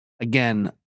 Again